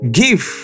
give